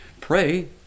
pray